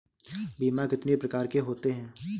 बीमा कितनी प्रकार के होते हैं?